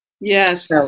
Yes